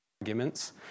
arguments